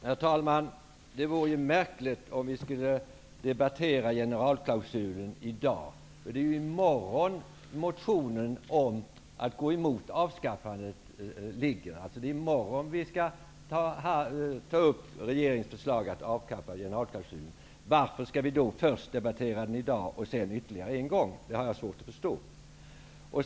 Herr talman! Det vore märkligt om vi skulle debattera generalklausulen i dag. Det är i morgon som frågan om avskaffandet skall debatteras. Det är i morgon som vi skall debattera regeringens förslag om att avskaffa generalklausulen. Varför skall vi först debattera frågan i dag och sedan ytterligare en gång? Jag har svårt att förstå det.